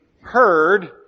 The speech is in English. heard